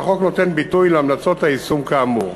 והחוק נותן ביטוי להמלצות היישום כאמור.